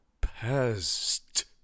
past